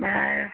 বাৰু